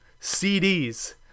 CDs